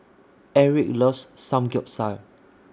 Eric loves Samgyeopsal